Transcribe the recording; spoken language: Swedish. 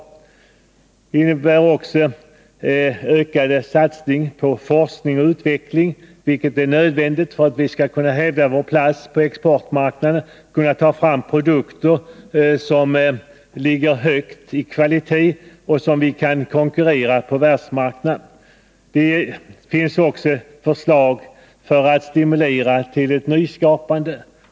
Förslaget innebär också en ökad satsning på forskning och utveckling, vilket är nödvändigt för att vi skall kunna hävda vår plats på exportmarknaden och kunna ta fram produkter som ligger högt i kvalitet och som vi kan konkurrera med på världsmarknaden. Det finns också förslag om att stimulera ett nyskapande.